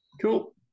Cool